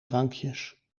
drankjes